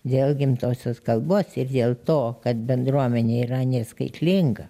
dėl gimtosios kalbos ir dėl to kad bendruomenė yra neskaitlinga